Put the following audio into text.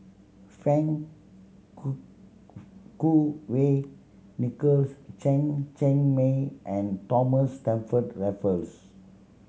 Fang Kuo Wei Nicholas Chen Cheng Mei and Thomas Stamford Raffles